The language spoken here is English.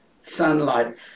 sunlight